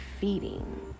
feeding